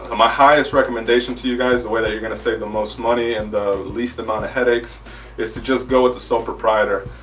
my highest recommendation to you guys the way that you're gonna save the most money and the least amount of headaches is to just go with the sole proprietor.